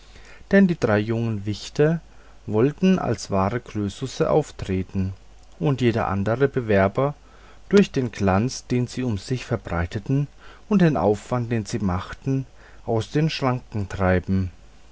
denn die drei jungen wichte wollten als wahre krösusse auftreten und jeden andern bewerber durch den glanz den sie um sich verbreiteten und den aufwand den sie machten aus den schranken treiben